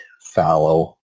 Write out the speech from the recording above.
fallow